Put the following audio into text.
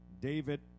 David